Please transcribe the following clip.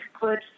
good